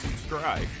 subscribe